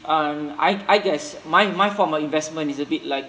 um I I guess my my form of investment is a bit like